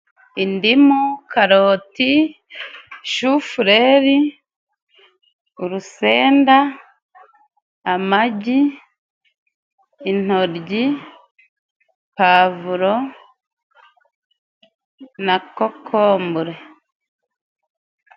Indimu, karoti, shufureri, urusenda, amagi, intoryi, pavuro na kokombre.